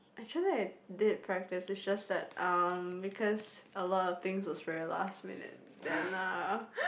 actually I did practice it's just that um because a lot of things was very last minute then uh